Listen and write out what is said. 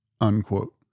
unquote